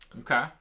Okay